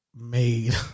made